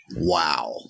Wow